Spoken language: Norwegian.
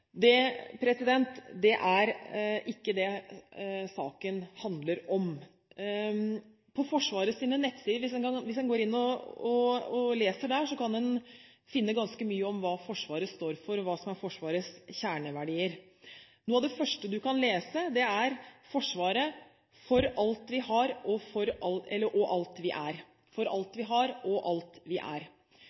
av religion. Det er ikke det saken handler om. Hvis en går inn og leser på Forsvarets nettsider, kan en finne ganske mye om hva Forsvaret står for, og hva som er Forsvarets kjerneverdier. Noe av det første man kan lese, er: «Forsvaret. For alt vi har. Og alt vi er.»